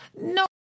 No